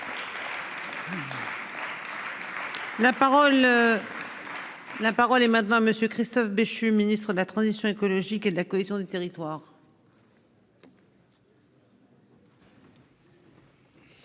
La parole est maintenant monsieur Christophe Béchu Ministre de la Transition écologique et de la cohésion du territoire.